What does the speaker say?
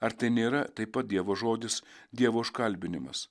ar tai nėra taip pat dievo žodis dievo užkalbinimas